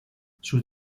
sus